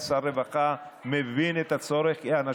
באמת.